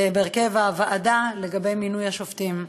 בהרכב הוועדה, לגבי מינוי השופטים.